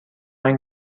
این